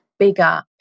Bigger